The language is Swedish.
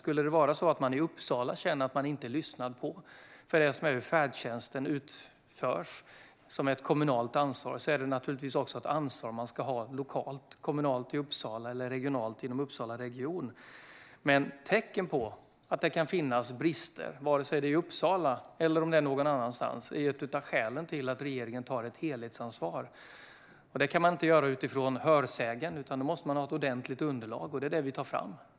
Skulle det vara så att man i Uppsala inte känner sig lyssnad på när det gäller hur färdtjänsten utförs, vilket är ett kommunalt ansvar, är det naturligtvis ett ansvar som ska ligga lokalt - kommunalt i Uppsala eller regionalt inom Uppsala region. Tecken på att det kan finnas brister, vare sig det är i Uppsala eller någon annanstans, är dock ett av skälen till att regeringen tar ett helhetsansvar. Det kan vi inte göra utifrån hörsägen, utan då måste vi ha ett ordentligt underlag - och det är det vi tar fram.